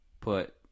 put